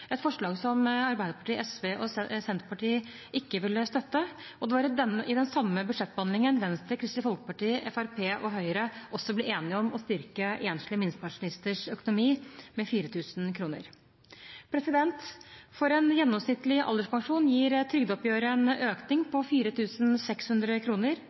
et forslag som Arbeiderpartiet, SV og Senterpartiet ikke ville støtte. Og det var i den samme budsjettbehandlingen Venstre, Kristelig Folkeparti, Fremskrittspartiet og Høyre også ble enige om å styrke enslige minstepensjonisters økonomi med 4 000 kr. For en gjennomsnittlig alderspensjon gir trygdeoppgjøret en økning på 4 600